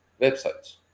websites